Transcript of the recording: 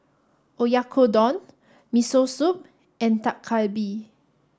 Oyakodon Miso Soup and Dak Galbi